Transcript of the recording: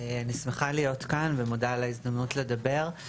אני שמחה להיות כאן ואני מודה על ההזדמנות לדבר.